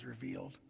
revealed